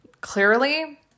Clearly